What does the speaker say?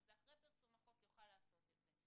וזה אחרי פרסום החוק יוכל לעשות את זה.